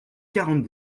quarante